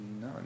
No